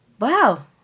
Wow